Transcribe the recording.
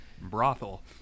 Brothel